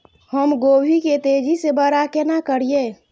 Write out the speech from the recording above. हम गोभी के तेजी से बड़ा केना करिए?